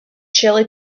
chilli